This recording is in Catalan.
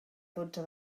dotze